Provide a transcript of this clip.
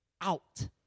out